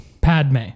padme